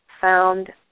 found